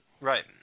Right